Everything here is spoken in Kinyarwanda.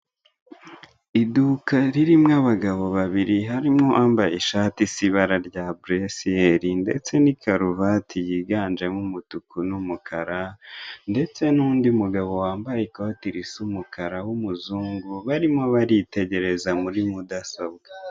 Iduka ririmo abagabo babiri harimo uwambaye ishati isa ibara rya blue sieri ndetse n' ikaruvati yiganjemo umutuku n' umukara ndetse n' undi mugabo wambaye ikoti risa umukara w' umuzungu barimo baritegereza muri mudasobwa.